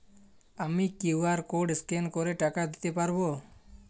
আমি QR code scan করে টাকা দিতে পারবো?